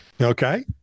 Okay